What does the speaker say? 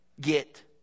get